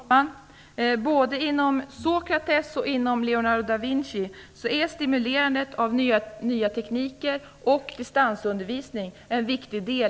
Herr talman! Både inom Sokrates och Leonardo da Vinci är stimulerandet av nya tekniker och distansundervisning en viktig del.